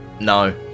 no